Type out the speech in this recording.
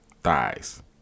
thighs